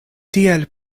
tiel